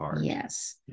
yes